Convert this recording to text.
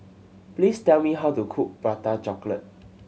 please tell me how to cook Prata Chocolate